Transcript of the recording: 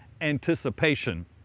anticipation